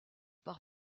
par